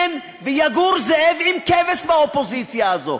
כן, ויגור זאב עם כבש באופוזיציה הזו.